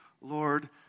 Lord